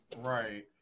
Right